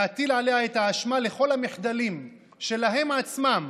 להטיל עליה את האשמה לכל המחדלים שלהם עצמם